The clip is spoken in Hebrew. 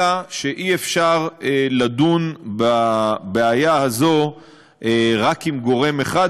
אלא שאי-אפשר לדון בבעיה הזאת רק עם גורם אחד,